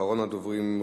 אחרון הדוברים,